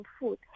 food